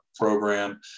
program